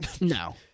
No